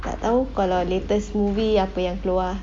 tak tahu kalau latest movie apa yang keluar